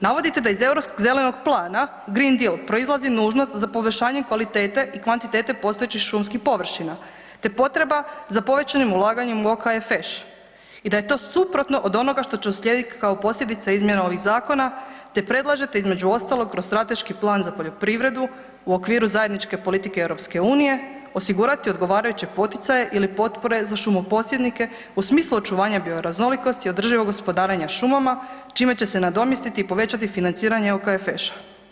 Navodite da iz Europskog zelenog plana green deal, proizlazi nužnosti za poboljšanje kvalitete i kvantitete postojećih šumskih površina te potreba za povećanim ulaganjem u OKFŠ i da je to suprotno od onoga što će uslijediti kao posljedica izmjena ovih zakona te predlažete između ostalog kroz strateški plan za poljoprivredu u okviru zajedničke politike EU osigurati odgovarajuće poticaje ili potpore za šumoposjednike u smislu očuvanja bioraznolikosti i održivog gospodarenja šumama čime će se nadomjestiti i povećati financiranje OKFŠ-a.